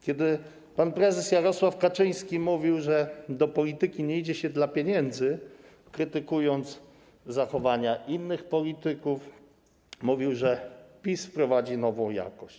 Kiedy pan prezes Jarosław Kaczyński mówił, że do polityki nie idzie się dla pieniędzy, krytykując zachowania innych polityków, mówił też, że PiS wprowadzi nową jakość.